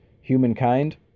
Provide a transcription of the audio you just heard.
humankind